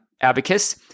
abacus